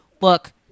look